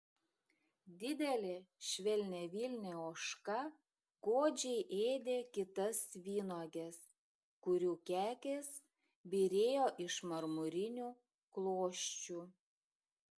didelė švelniavilnė ožka godžiai ėdė kitas vynuoges kurių kekės byrėjo iš marmurinių klosčių